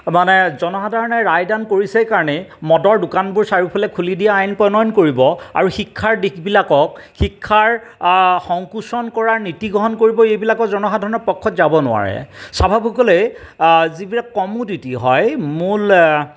মানে জনসাধাৰণে ৰায়দান কৰিছেই কাৰণে মদৰ দোকানবোৰ চাৰিওফালে খুলি দিয়া আইন প্ৰণয়ন কৰিব আৰু শিক্ষাৰ দিশবিলাকক শিক্ষাৰ সংকোচন কৰাৰ নীতি গ্ৰহণ কৰিব এইবিলাক জনসাধাৰণৰ পক্ষত যাব নোৱাৰে স্বাভাবিকলে যিবিলাক কমোডিটি হয় মূল